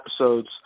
episodes